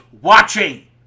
watching